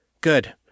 Good